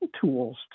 tools